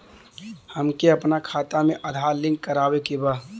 हमके अपना खाता में आधार लिंक करावे के बा?